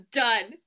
done